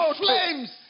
flames